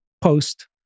post